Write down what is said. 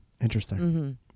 Interesting